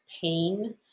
pain